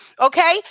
okay